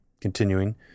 Continuing